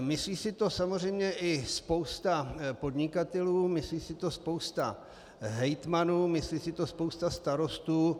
Myslí si to samozřejmě i spousta podnikatelů, myslí si to spousta hejtmanů, myslí si to spousta starostů.